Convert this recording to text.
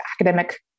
academic